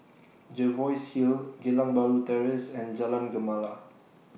Jervois Hill Geylang Bahru Terrace and Jalan Gemala